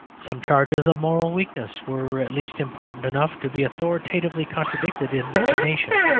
some charges of moral weakness were at least important enough to be authoritatively contradicted in the nation